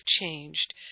changed